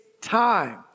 time